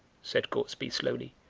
said gortsby slowly,